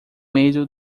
medo